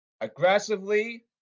Aggressively